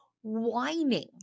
Whining